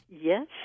yes